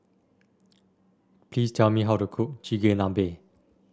please tell me how to cook Chigenabe